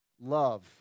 Love